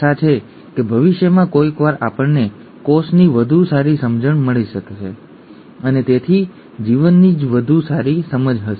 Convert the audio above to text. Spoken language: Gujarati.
આશા છે કે ભવિષ્યમાં કોઈક વાર આપણને કોષની વધુ સારી સમજ મળશે અને તેથી જીવનની જ વધુ સારી સમજ હશે